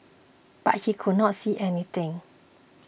but he could not see anything